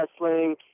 wrestling